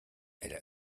elle